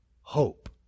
hope